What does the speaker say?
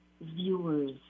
viewers